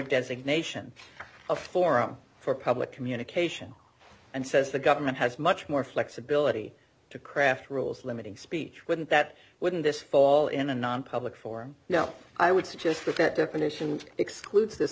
designation a forum for public communication and says the government has much more flexibility to craft rules limiting speech wouldn't that wouldn't this fall in a nonpublic forum no i would suggest that definition excludes this